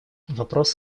вопрос